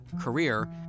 career